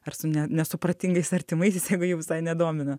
ar su nesupratingais artimaisiais jeigu jų visai nedomina